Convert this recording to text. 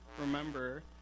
remember